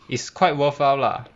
it's quite worthwhile lah